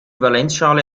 valenzschale